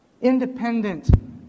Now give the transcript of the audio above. Independent